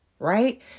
Right